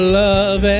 love